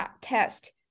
test